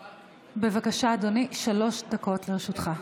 בבקשה, אדוני, שלוש דקות לרשותך.